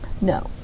No